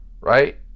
Right